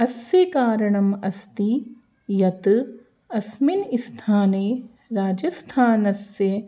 अस्य कारणं अस्ति यत् अस्मिन् स्थाने राजस्थानस्य